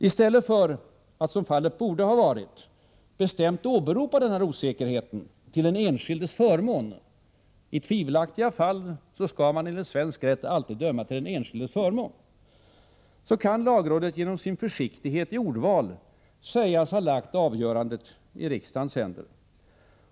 Istället för att, som fallet borde ha varit, bestämt åberopa denna osäkerhet till den enskildes förmån — i tvivelaktiga fall skall man enligt svensk lag alltid döma till den enskildes förmån — kan lagrådet genom sin försiktighet i ordvalet sägas ha lagt avgörandet i riksdagens händer.